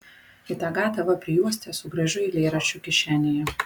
ir tą gatavą prijuostę su gražiu eilėraščiu kišenėje